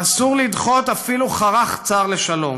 ואסור לדחות אפילו חרך צר לשלום.